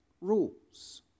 rules